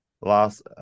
last